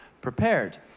prepared